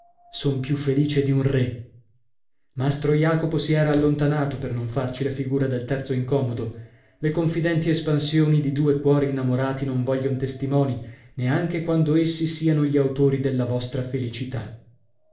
son più felice di un re mastro jacopo si era allontanato per non farci la figura del terzo incomodo le confidenti espansioni di due cuori innamorati non voglion testimoni neanche quando essi siano gli autori della vostra felicità